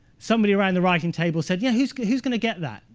somebody around the writing table said, yeah who's who's going to get that?